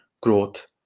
growth